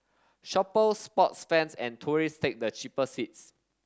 shoppers sports fans and tourists take the cheaper seats